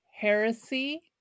heresy